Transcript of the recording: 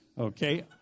Okay